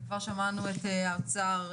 כבר שמענו את האוצר,